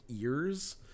ears